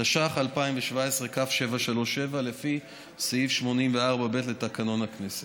התשע"ח 2017, כ/737, לפי סעיף 84(ב) לתקנון הכנסת.